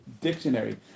dictionary